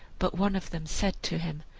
but one of them said to him,